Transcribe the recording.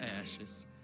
ashes